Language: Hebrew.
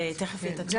ותכף יתקנו אותי כאן.